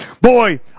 Boy